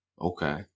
Okay